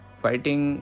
fighting